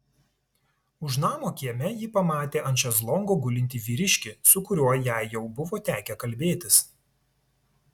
už namo kieme ji pamatė ant šezlongo gulintį vyriškį su kuriuo jai jau buvo tekę kalbėtis